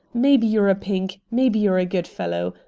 maybe you're a pink, maybe you're a good fellow.